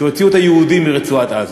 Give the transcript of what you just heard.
כשהוציאו את היהודים מרצועת-עזה,